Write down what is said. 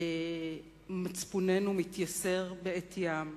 מצפוננו מתייסר בעטיים,